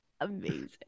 Amazing